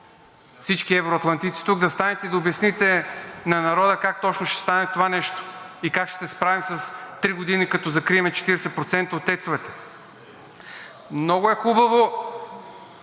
всички евроатлантици тук да станете и да обясните на народа как точно ще стане това нещо и как ще се справим за три години, като закрием 40% от ТЕЦ-овете? Много е хубаво